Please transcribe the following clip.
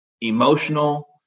emotional